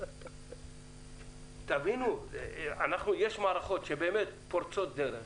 יש אצלנו באמת מערכות פורצות דרך